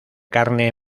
carne